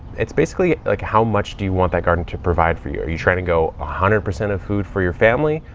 it's basically like how much do you want that garden to provide for you? are you trying to go a hundred percent of food for your family?